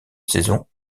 saison